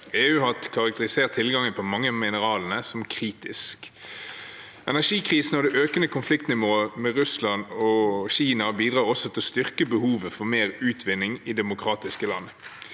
EU har karakterisert tilgangen på mange av mineralene som kritisk. Energikrisen og det økende konfliktnivået med Russland og Kina bidrar også til å styrke behovet for mer utvinning i demokratiske land.